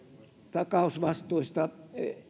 takausvastuista